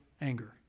anger